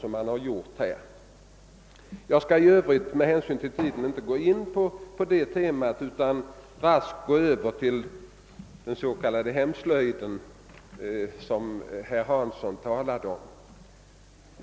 Med hänsyn till den framskridna tiden skall jag nu lämna detta tema och raskt gå Över till den s.k. hemslöjden som herr Hansson i Skegrie talade om.